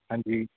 ਹਾਂਜੀ